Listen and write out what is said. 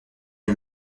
les